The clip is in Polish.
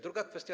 Druga kwestia.